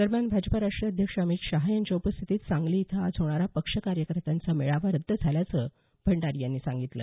दरम्यान भाजपा राष्ट्रीय अध्यक्ष अमित शाह यांच्या उपस्थितीत सांगली इथं आज होणारा पक्ष कार्यकर्त्यांचा मेळावा रद्द झाल्याचं भंडारी यांनी सांगितलं